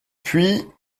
puis